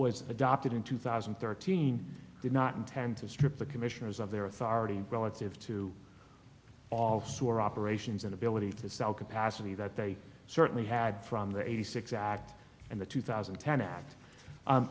was adopted in two thousand and thirteen did not intend to strip the commissioners of their authority relative to all sewer operations and ability to sell capacity that they certainly had from the eighty six act and the two thousand and ten act